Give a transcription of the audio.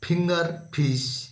finger fish